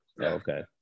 okay